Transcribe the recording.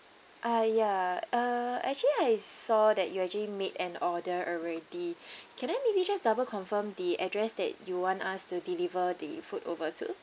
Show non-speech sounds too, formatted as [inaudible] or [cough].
ah ya uh actually I saw that you actually made an order already [breath] can I maybe just double confirm the address that you want us to deliver the food over to